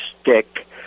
stick